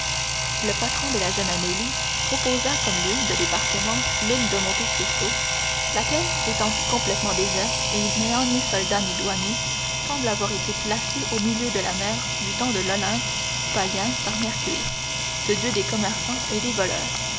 le patron de la jeune amélie proposa comme lieu de débarquement l'île de monte cristo laquelle étant complètement déserte et n'ayant ni soldats ni douaniers semble avoir été placée au milieu de la mer du temps de l'olympe païen par mercure ce dieu des commerçants et des voleurs